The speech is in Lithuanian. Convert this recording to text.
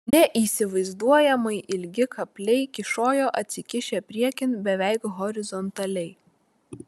neįsivaizduojamai ilgi kapliai kyšojo atsikišę priekin beveik horizontaliai